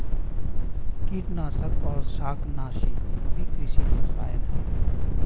कीटनाशक और शाकनाशी भी कृषि रसायन हैं